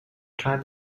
time